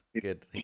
good